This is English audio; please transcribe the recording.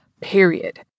period